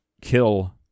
kill